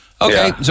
Okay